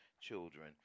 children